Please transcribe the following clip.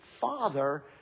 father